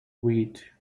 wheat